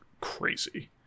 crazy